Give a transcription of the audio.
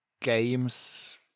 games